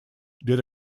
did